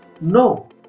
No